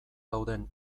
dauden